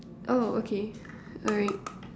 oh okay alright